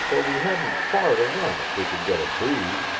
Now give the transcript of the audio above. for we hadn't far to run if we could get a breeze